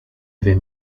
wiem